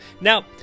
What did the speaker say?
Now